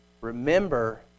remember